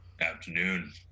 Afternoon